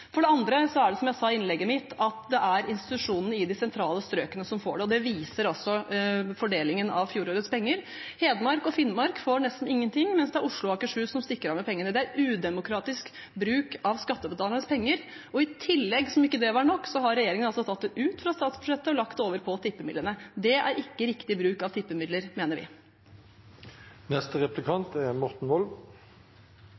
For det andre er det, som jeg sa i innlegget mitt, institusjonene i de sentrale strøkene som får dette. Det viser også fordelingen av fjorårets penger. Hedmark og Finnmark får nesten ingenting, mens det er Oslo og Akershus som stikker av med pengene. Dette er udemokratisk bruk av skattebetalernes penger. I tillegg – som om ikke dette var nok – har regjeringen tatt det ut av statsbudsjettet og lagt det over på tippemidlene. Det er ikke riktig bruk av tippemidler, mener